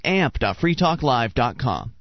amp.freetalklive.com